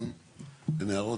אין הערות?